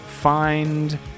find